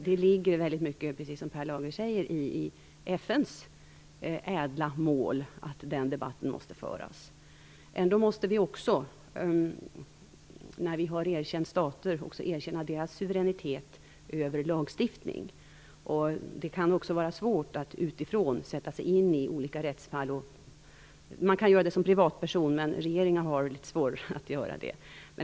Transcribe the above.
Det ligger väldigt mycket, precis som Per Lager säger, i FN:s ädla mål, att den debatten måste föras. Ändå måste vi, när vi erkänt stater, också erkänna deras suveränitet över lagstiftning. Det kan också vara svårt att utifrån sätta sig in i olika rättsfall. Man kan göra det som privatperson, men regeringar har litet svårare att göra det.